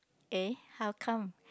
eh how come